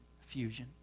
fusion